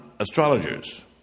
astrologers